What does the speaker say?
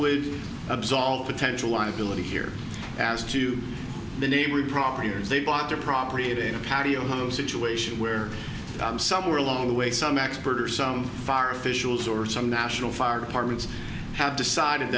would absolve potential liability here as to the neighborhood proper years they bought their property to a patio home situation where somewhere along the way some expert or some fire officials or some national fire departments have decided